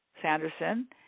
Sanderson